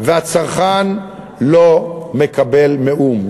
והצרכן לא מקבל מאום.